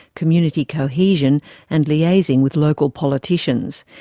community cohesion and liaising with local politicians.